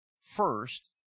first